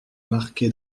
marqué